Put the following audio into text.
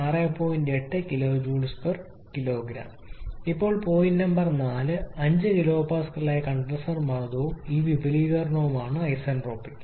80 kJ kg ഇപ്പോൾ point number 4 5 kPa ആയ condenser മർദ്ദവും ഈ വിപുലീകരണവുമാണ് ഐസന്റ്രോപിക്